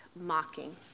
mocking